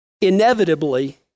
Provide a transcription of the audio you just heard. inevitably